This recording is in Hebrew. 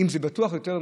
אם זה בטוח יותר,